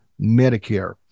Medicare